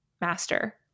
master